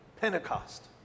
Pentecost